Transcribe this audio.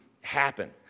happen